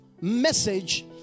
message